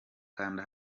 kanda